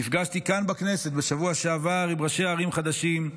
נפגשתי כאן בכנסת בשבוע שעבר עם ראשי הערים החדשים,